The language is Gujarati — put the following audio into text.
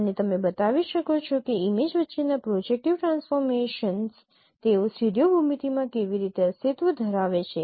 અને તમે બતાવી શકો છો કે ઇમેજ વચ્ચેના પ્રોજેકટિવ ટ્રાન્સફોર્મેશન્સ તેઓ સ્ટીરિયો ભૂમિતિમાં કેવી રીતે અસ્તિત્વ ધરાવે છે